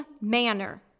manner